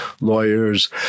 lawyers